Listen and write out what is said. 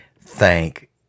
Thank